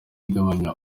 igabanya